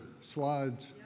slides